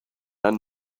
are